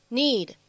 need